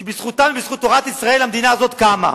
שבזכותם ובזכות תורת ישראל התורה הזאת קמה,